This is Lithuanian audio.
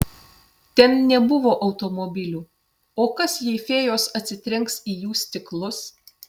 ten nebuvo automobilių o kas jei fėjos atsitrenks į jų stiklus